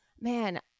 man